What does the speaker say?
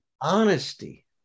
Honesty